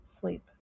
sleep